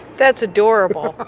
that's adorable.